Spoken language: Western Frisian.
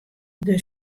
dêr